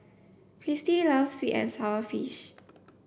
Christie loves sweet and sour fish